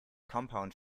compound